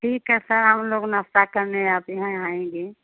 ठीक है सर हम लोग नश्ता करने आपके यहाँ आएँगे